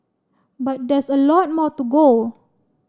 but there's a lot more to go